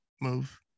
move